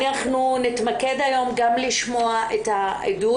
אנחנו נתמקד היום גם לשמוע את העדות.